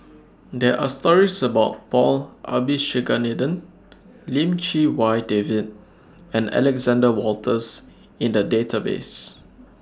There Are stories about Paul Abisheganaden Lim Chee Wai David and Alexander Wolters in The Database